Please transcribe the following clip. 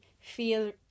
feel